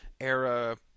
era